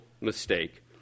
mistake